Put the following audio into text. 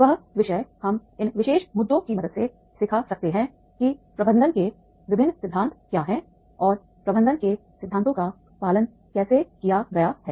वह विषय हम इन विशेष मुद्दों की मदद से सिखा सकते हैं कि प्रबंधन के विभिन्न सिद्धांत क्या हैं और प्रबंधन के सिद्धांतों का पालन कैसे किया गया है